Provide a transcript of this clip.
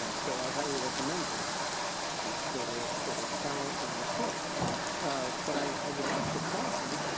ah so i highly recommend her for her for her talent and her skill but i would like to caution